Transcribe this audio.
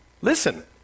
Listen